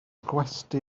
gwesty